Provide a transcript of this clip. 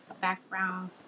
background